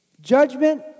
Judgment